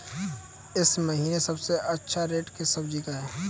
इस महीने सबसे अच्छा रेट किस सब्जी का है?